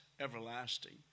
everlasting